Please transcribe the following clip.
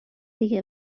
دیگه